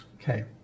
Okay